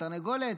תרנגולת,